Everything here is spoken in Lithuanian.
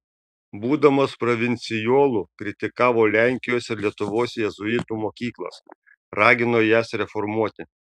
būdamas provincijolu kritikavo lenkijos ir lietuvos jėzuitų mokyklas ragino jas reformuoti